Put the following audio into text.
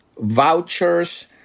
Vouchers